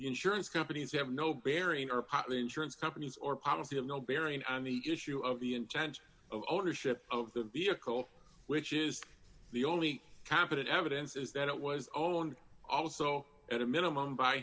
insurance companies have no bearing or pop the insurance companies or policy have no bearing on the issue of the intent of ownership of the vehicle which is the only competent evidence is that it was oh and also at a minimum by